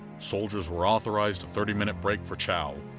soldiers were authorized a thirty minute break for chow,